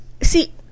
See